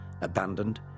abandoned